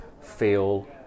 feel